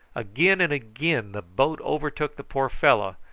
again and again the boat overtook the poor fellow,